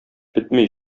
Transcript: бетми